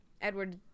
Edward